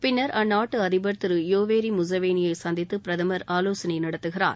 பின்னர் அந்நாட்டு அதிபர் திரு யோவேரி முசேவேளியை சந்தித்து பிரதமர் ஆலோசளை நடத்துகிறார்